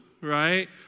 right